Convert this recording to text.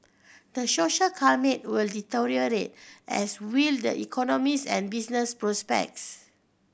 the social climate will deteriorate as will the economies and business prospects